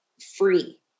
free